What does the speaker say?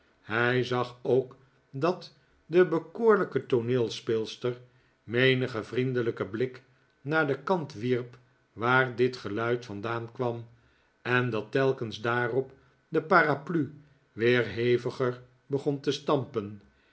hij zag ook dat de bekoorlijke tooneelspeelster menigen vriendelijken blik naar den kant wierp waar dit geluid vandaan kwam en dat telkens daarop de paraplu weer heviger begon te stampen